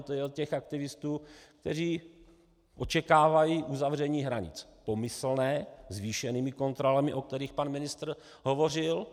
To je od aktivistů, kteří očekávají uzavření hranic pomyslné, zvýšenými kontrolami, o kterých pan ministr hovořil.